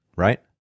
Right